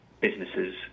Businesses